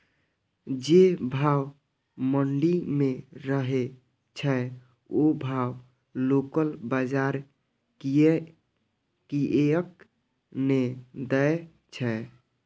जे भाव मंडी में रहे छै ओ भाव लोकल बजार कीयेक ने दै छै?